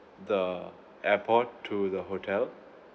the airport to the hotel